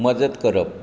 मदत करप